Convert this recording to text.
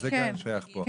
וזה כן שייך פה.